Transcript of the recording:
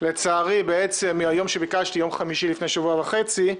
לצערי מהיום שביקשתי, יום חמישי לפני שבוע וחצי,